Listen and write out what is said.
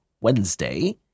Wednesday